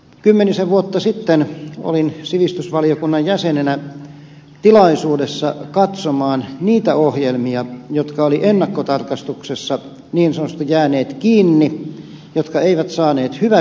kymmenisen vuotta sitten olin sivistysvaliokunnan jäsenenä tilaisuudessa katsomaan niitä ohjelmia jotka olivat ennakkotarkastuksessa niin sanotusti jääneet kiinni jotka eivät saaneet hyväksyntää